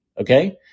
Okay